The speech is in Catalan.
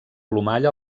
plomall